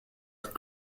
être